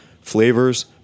flavors